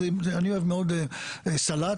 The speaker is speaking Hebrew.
אני אוהב מאוד סלט,